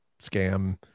scam